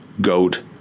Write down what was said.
Goat